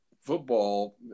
Football